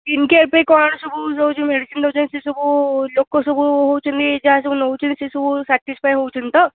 skin care ପାଇଁ କ'ଣ ସବୁ ଯେଉଁ ଯେଉଁ ମେଡ଼ିସିନ୍ ଦେଉଛନ୍ତି ସେ ସବୁ ଲୋକ ସବୁ ହେଉଛନ୍ତି ଯାହା ସବୁ ନେଉଛନ୍ତି ସେ ସବୁ ସାଟିସ୍ଫାଏ ହେଉଛନ୍ତି ତ